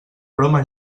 broma